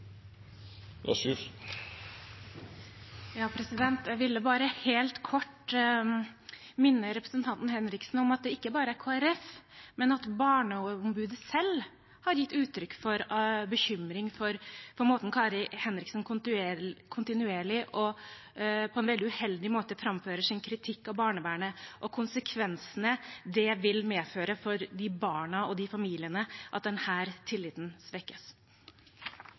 Jeg ville bare helt kort minne representanten Henriksen om at ikke bare Kristelig Folkeparti, men også Barneombudet selv har gitt uttrykk for bekymring for at Kari Henriksen kontinuerlig og på en veldig uheldig måte framfører sin kritikk av barnevernet, og konsekvensene det vil ha for de barna og de familiene at denne tilliten svekkes.